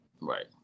right